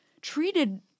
treated